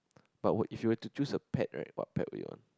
but what if you were to choose a pet right what pet would you want